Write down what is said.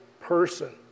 person